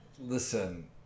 Listen